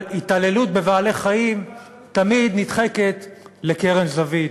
אבל התעללות בבעלי-חיים תמיד נדחקת לקרן זווית.